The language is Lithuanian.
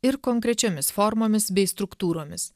ir konkrečiomis formomis bei struktūromis